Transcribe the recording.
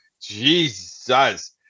Jesus